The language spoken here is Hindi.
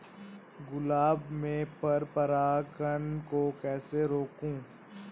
गुलाब में पर परागन को कैसे रोकुं?